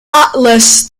atlas